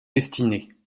destinée